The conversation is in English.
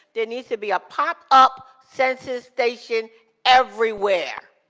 there needs to be a popped up census station everywhere.